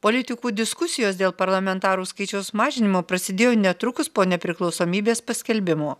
politikų diskusijos dėl parlamentarų skaičiaus mažinimo prasidėjo netrukus po nepriklausomybės paskelbimo